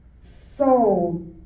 soul